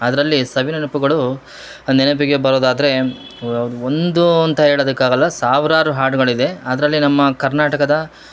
ಅದರಲ್ಲಿ ಸವಿನೆನಪುಗಳು ನೆನಪಿಗೆ ಬರೋದಾದರೆ ಒಂದು ಅಂತ ಹೇಳೋದಕ್ಕಾಗಲ್ಲ ಸಾವಿರಾರು ಹಾಡುಗಳಿದೆ ಅದರಲ್ಲಿ ನಮ್ಮ ಕರ್ನಾಟಕದ